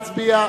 נא להצביע.